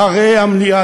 אחרי המליאה,